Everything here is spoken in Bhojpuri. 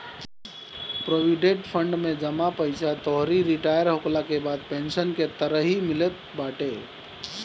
प्रोविडेट फंड में जमा पईसा तोहरी रिटायर होखला के बाद पेंशन के तरही मिलत बाटे